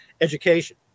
education